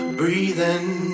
breathing